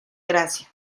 gracia